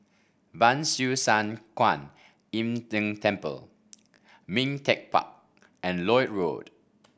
Ban Siew San Kuan Im Tng Temple Ming Teck Park and Lloyd Road